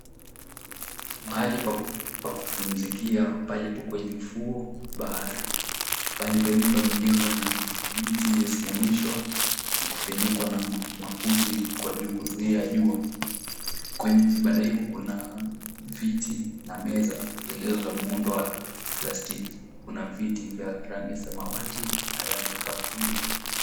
Mahali pa kupumzikia palipo kwenye ufuo wa bahari. Pahali penyewe pamejengwa na miti iliyosimamishwa na kifunikwa na makuti kwa juu kuzuia jua. Kwenye vibanda hivyo kuna viti na meza zilizo na muundo wa plastiki. Kuna viti vya rangi ya samawati na rangi ya kahawia.